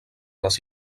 les